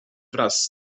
wraz